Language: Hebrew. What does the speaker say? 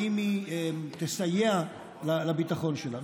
האם היא תסייע לביטחון שלנו?